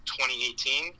2018